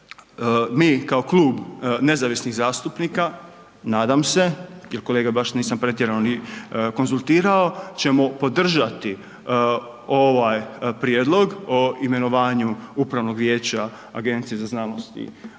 mi kao Klub nezavisnih zastupnika, nadam se, jer kolege baš nisam pretjerano ni konzultirao ćemo podržati ovaj prijedlog o imenovanju upravnog vijeća AZVO-a iz razloga što ne